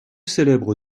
célèbres